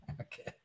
okay